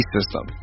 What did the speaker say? System